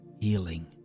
healing